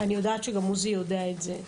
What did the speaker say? אני יודעת שגם עוזי יודע את זה,